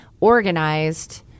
organized